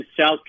South